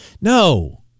No